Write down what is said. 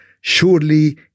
Surely